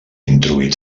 introduït